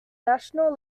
national